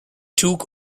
took